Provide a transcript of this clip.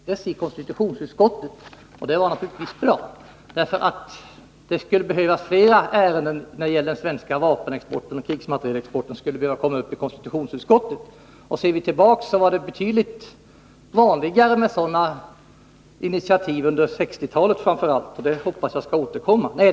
Herr talman! Faktum är att frågan väcktes i konstitutionsutskottet, och det var naturligtvis bra. Flera ärenden när det gäller den svenska vapenoch krigsmaterielindustrin skulle behöva komma upp i konstitutionsutskottet. Ser vi tillbaka finner vi att det var betydligt vanligare med sådana initiativ under framför allt 1960-talet, och jag hoppas att det skall bli vanligt igen.